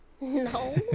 No